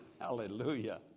Hallelujah